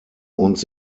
uns